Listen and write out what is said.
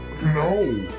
No